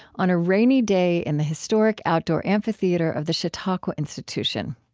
on a rainy day in the historic outdoor amphitheater of the chautauqua institution.